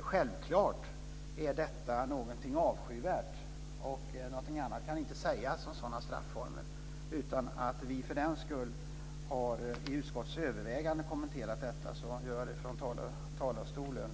Självklart är detta någonting avskyvärt. Någonting annat kan inte sägas om sådana strafformer. Även om vi för den skull i utskottets överväganden inte har kommenterat detta gör jag det nu från talarstolen.